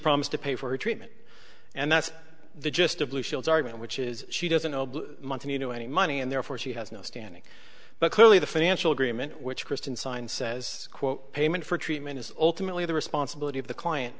promised to pay for treatment and that's the gist of blue shield argument which is she doesn't know any money and therefore she has no standing but clearly the financial agreement which kristen signed says quote payment for treatment is ultimately the responsibility of the client